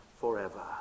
forever